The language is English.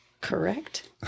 Correct